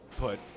put